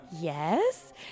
yes